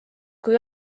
kui